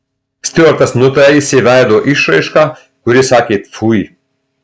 stiuartas nutaisė veido išraišką kuri sakė tfui